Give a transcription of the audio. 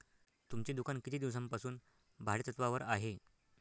तुमचे दुकान किती दिवसांपासून भाडेतत्त्वावर आहे?